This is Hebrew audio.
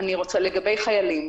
לגבי חיילים,